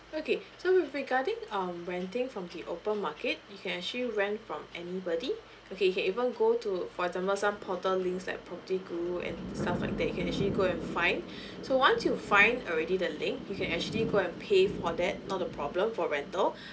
okay so with regarding um renting from the open market you can actually rent from anybody okay you can even go to for example some portal links like propertyguru and stuff like that you can actually go and find so once you fine already the link you can actually go and pay for that not a problem for rental